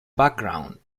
background